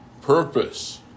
purpose